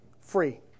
free